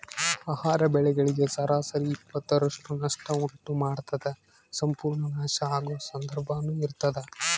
ಆಹಾರ ಬೆಳೆಗಳಿಗೆ ಸರಾಸರಿ ಇಪ್ಪತ್ತರಷ್ಟು ನಷ್ಟ ಉಂಟು ಮಾಡ್ತದ ಸಂಪೂರ್ಣ ನಾಶ ಆಗೊ ಸಂದರ್ಭನೂ ಇರ್ತದ